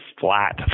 flat